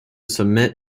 submit